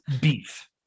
beef